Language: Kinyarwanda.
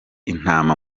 intama